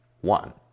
one